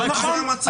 לא נכון.